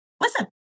listen